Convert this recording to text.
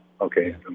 Okay